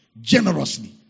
Generously